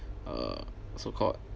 uh so called